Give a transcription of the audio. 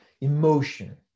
emotion